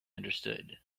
understood